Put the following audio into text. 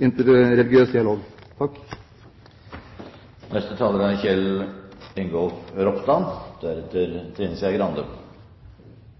interreligiøs dialog. Retten til å tru det man vil, er